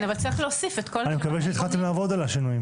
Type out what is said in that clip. אבל צריך להוסיף את כל ה --- אני מקווה שהתחלתם לעבוד על השינויים.